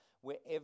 wherever